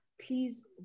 please